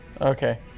Okay